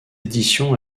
édition